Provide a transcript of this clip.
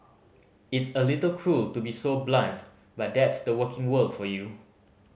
it's a little cruel to be so blunt but that's the working world for you